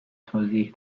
توضیح